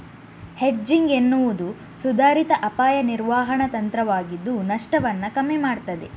hedging ಎನ್ನುವುದು ಸುಧಾರಿತ ಅಪಾಯ ನಿರ್ವಹಣಾ ತಂತ್ರವಾಗಿದ್ದು ನಷ್ಟವನ್ನ ಕಮ್ಮಿ ಮಾಡ್ತದೆ